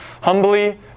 humbly